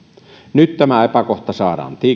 nyt tämä epäkohta saadaan